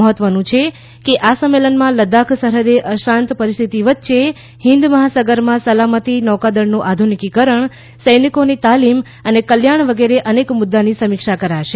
મહત્વનું છે કે આ સંમેલનમાં લદાખ સરહદે અશાંત પરિસ્થિતિ વચ્ચે હિંદ મહાસાગરમાં સલામતી નૌકાદળનું આધુનીકરણ સૈનિકોની તાલીમ અને કલ્યાણ વગેરે અનેક મુદ્દાની સમીક્ષા કરાશે